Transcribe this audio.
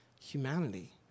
humanity